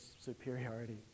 superiority